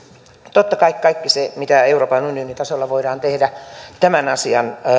totta kai kaikki se mitä euroopan unionin tasolla voidaan tehdä tämän asian